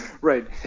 Right